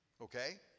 Okay